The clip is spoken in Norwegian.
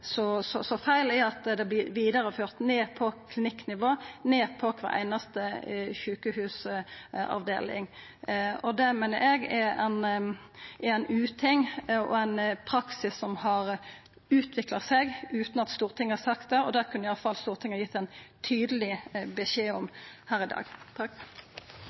så feil, er at det vert vidareført ned på klinikknivå, ned på kvar einaste sjukehusavdeling. Det meiner eg er ein uting og ein praksis som har utvikla seg utan at Stortinget har sagt noko om det. Det kunne i alle fall Stortinget gitt ein tydeleg beskjed om her i dag.